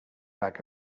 bag